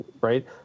right